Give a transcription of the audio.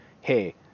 hey